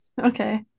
okay